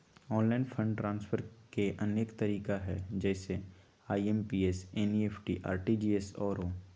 online fund transfer के अनेक तरिका हइ जइसे आइ.एम.पी.एस, एन.ई.एफ.टी, आर.टी.जी.एस आउरो